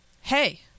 hey